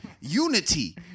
Unity